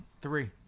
Three